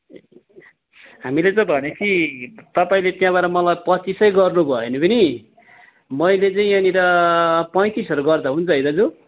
हामीले त भनेपछि तपाईँले त्यहाँबाट मलाई पच्चिसै गर्नु भयो भने पनि मैले चाहिँ यहाँनिर पैँतिसहरू गर्दा हुन्छ है दाजु